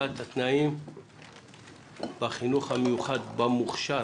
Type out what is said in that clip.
השוואת התנאים בחינוך המיוחד המוכש"ר,